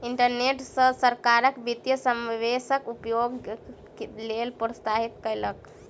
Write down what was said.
internet सॅ सरकार वित्तीय समावेशक उपयोगक लेल प्रोत्साहित कयलक